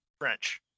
French